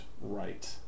right